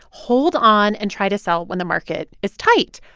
hold on and try to sell when the market is tight.